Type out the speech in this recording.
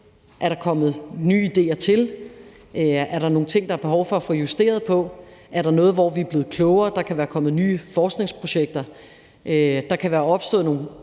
Er der kommet nye idéer til? Er der nogle ting, der er behov for at få justeret på? Er der noget, hvor vi er blevet klogere? Der kan være kommet nye forskningsprojekter, der kan være opstået nogle